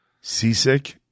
seasick